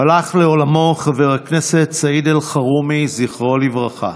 הלך לעולמו חבר הכנסת סעיד אלחרומי, זכרו לברכה,